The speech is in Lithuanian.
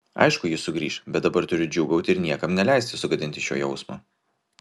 aišku jis sugrįš bet dabar turiu džiūgauti ir niekam neleisti sugadinti šio jausmo